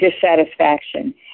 dissatisfaction